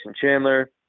Chandler